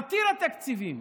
עתיר התקציבים,